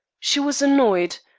she was annoyed,